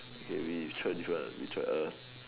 okay we try different one we try err